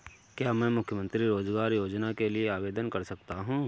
क्या मैं मुख्यमंत्री रोज़गार योजना के लिए आवेदन कर सकता हूँ?